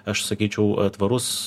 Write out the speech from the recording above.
aš sakyčiau tvarus